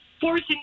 forcing